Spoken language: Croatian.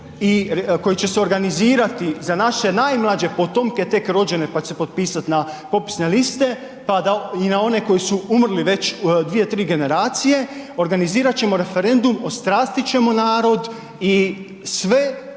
koji će se organizirati za naše najmlađe potomke tek rođene pa će se potpisati na popisne liste i na one koji su umrli dvije, tri generacije, organizirat ćemo referendum ostrastit ćemo narod i sve